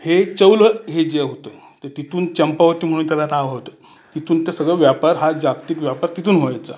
हे चौल हे जे होतं ते तिथून चंपावटी म्हणून त्याला नाव होतं तिथून ते सगळं व्यापार हा जागतिक व्यापार तिथून व्हायचा